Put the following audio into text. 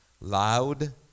loud